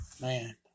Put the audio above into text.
man